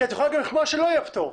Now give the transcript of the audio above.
כי את יכולה להגיד שלא יהיה פטור.